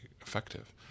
effective